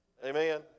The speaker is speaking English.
Amen